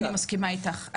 אני מסכימה איתך,